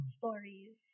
stories